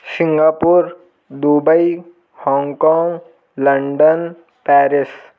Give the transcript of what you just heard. Singapore Dubai Hong Kong London Paris